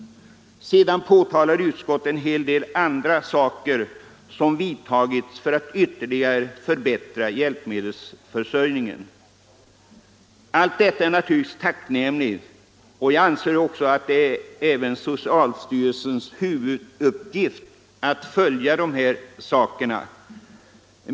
Sedan nämner utskottet en hel del andra åtgärder som vidtagits för att förbättra hjälpmedelsförsörjningen. Allt detta är naturligtvis tacknämligt, och jag anser att det är socialstyrelsens huvuduppgift att följa dessa frågor.